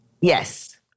Yes